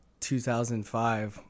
2005